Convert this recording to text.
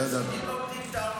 לא ידעתי.